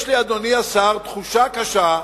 יש לי, אדוני השר, תחושה קשה.